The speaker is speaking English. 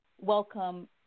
welcome